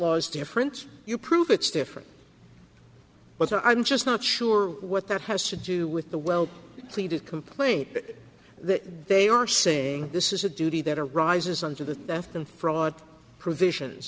laws different you prove it's different but i'm just not sure what that has to do with the well pleaded complaint that they are saying this is a duty that arises on to the theft and fraud provisions